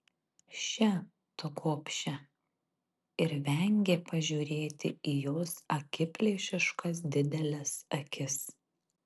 še tu gobše ir vengė pažiūrėti į jos akiplėšiškas dideles akis